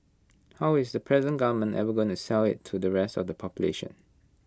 how is the present government ever gonna sell IT to the rest of the population